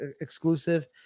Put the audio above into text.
exclusive